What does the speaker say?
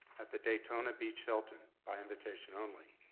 at the daytona beach hilton, by invitation only.